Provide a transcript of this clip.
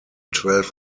twelve